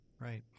right